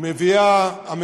הממשלה מביאה,